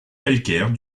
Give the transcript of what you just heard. calcaire